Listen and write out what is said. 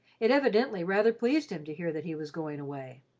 it evidently rather pleased him to hear that he was going away.